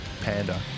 Panda